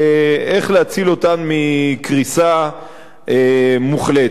איך להציל אותן מקריסה מוחלטת.